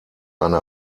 eine